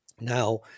Now